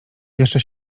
jeszcze